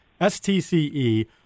STCE